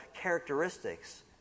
characteristics